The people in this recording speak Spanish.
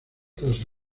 tras